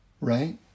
right